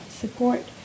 support